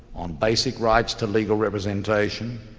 on basic rights to legal representation,